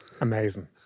Amazing